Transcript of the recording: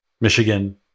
Michigan